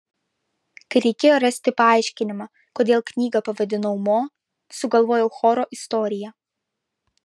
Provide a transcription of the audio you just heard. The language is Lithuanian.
kai reikėjo rasti paaiškinimą kodėl knygą pavadinau mo sugalvojau choro istoriją